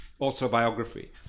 autobiography